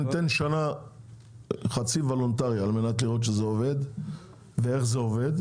ניתן שנה חצי וולונטרי על מנת לראות שזה עובד ואיך זה עובד,